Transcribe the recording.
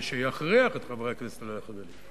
שיכריח את חברי הכנסת לחבק.